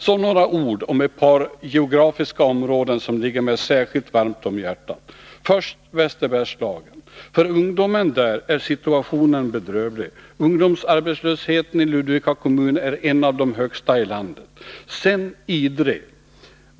Så några ord om ett par geografiska områden, som ligger mig särskilt varmt om hjärtat. Först Västerbergslagen. För ungdomen där är situationen bedrövlig. Ungdomsarbetslösheten i Ludvika kommun är en av de högsta i landet. Sedan Idre.